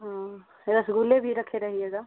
हाँ रसगुल्ले भी रखे रहिएगा